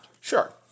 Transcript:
Sure